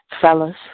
Fellas